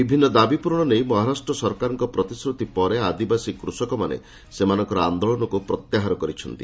ବିଭିନ୍ନ ଦାବି ପୂରଣ ନେଇ ମହାରାଷ୍ଟ ସରକାରଙ୍କ ପ୍ରତିଶ୍ରତି ପରେ ଆଦିବାସୀ କୃଷକମାନେ ସେମାନଙ୍କର ଆନ୍ଦୋଳନକୁ ପ୍ରତ୍ୟାହାର କରିଛନ୍ତି